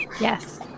Yes